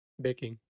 baking